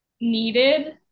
needed